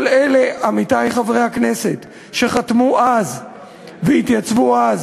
כל אלה עמיתי חברי הכנסת שחתמו אז והתייצבו אז,